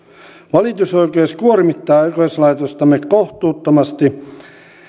valitusoikeus kuormittaa oikeuslaitostamme kohtuuttomasti